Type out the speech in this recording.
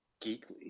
geekly